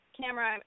camera